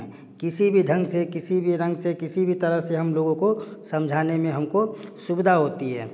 किसी भी ढंग से किसी भी रंग से किसी भी तरह से हम लोगों को समझाने में हमको सुविधा होती है